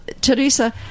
Teresa